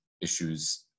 issues